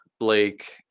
Blake